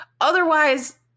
Otherwise